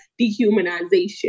dehumanization